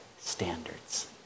standards